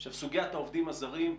עכשיו, סוגיית העובדים הזרים,